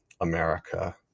America